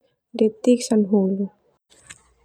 Detik sana hulu.